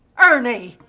ernie!